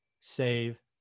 save